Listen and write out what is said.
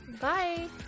Bye